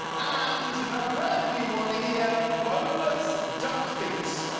and ah brand-new one here, boneless duck feet.